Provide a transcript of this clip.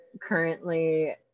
currently